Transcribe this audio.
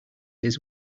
his